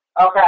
Okay